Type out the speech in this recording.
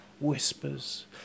Whispers